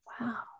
Wow